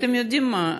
ואתם יודעים מה?